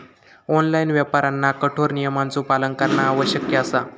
online व्यापाऱ्यांना कठोर नियमांचो पालन करणा आवश्यक असा